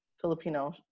Filipino